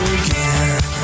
again